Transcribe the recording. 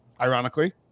ironically